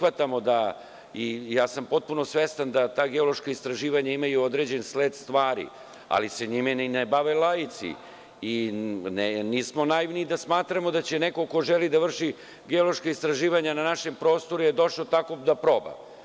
Ja sam potpuno svestan da ta geološka istraživanja imaju određeni sled stvari, ali se njime ne bave laici i nismo naivni da smatramo da neko ko želi da vrši geološka istraživanja na našem prostoru došao da proba.